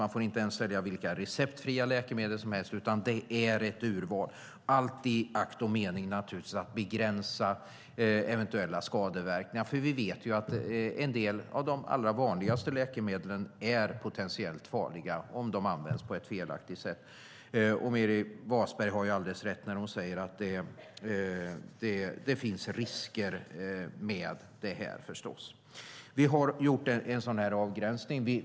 Man får inte ens sälja vilka receptfria läkemedel som helst, utan det är ett urval - allt i akt och mening att begränsa eventuella skadeverkningar. Vi vet att en del av de allra vanligaste läkemedlen är potentiellt farliga om de används på ett felaktigt sätt, och Meeri Wasberg har alldeles rätt i att det finns risker med detta. Vi har gjort en avgränsning.